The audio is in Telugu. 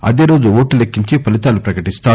అదే రోజు ఓట్లు లెక్కించి ఫలితాలు ప్రకటిస్తారు